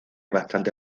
bastante